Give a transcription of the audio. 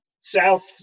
south